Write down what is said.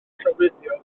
llofruddio